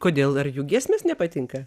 kodėl ar jų giesmės nepatinka